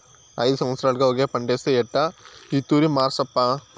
ఐదు సంవత్సరాలుగా ఒకే పంటేస్తే ఎట్టా ఈ తూరి మార్సప్పా